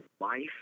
life